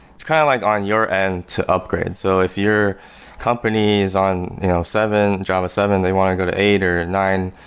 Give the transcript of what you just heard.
it's kind of like on your end to upgrade. so if your company's on yeah ah java seven, they want to go to eight or nine,